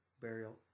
burial